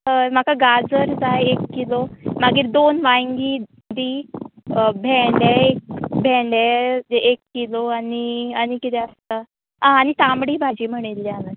हय म्हाका गाजर जाय एक किलो मागीर दोन वांयगीं दी भेंडे एक भेंडे एक किलो आनी आनी कितें आसा आं तांबडी भाजी म्हणिल्ली हांवें